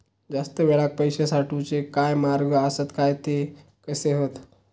जास्त वेळाक पैशे साठवूचे काय मार्ग आसत काय ते कसे हत?